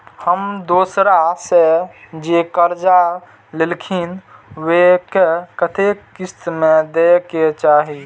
हम दोसरा से जे कर्जा लेलखिन वे के कतेक किस्त में दे के चाही?